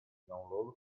download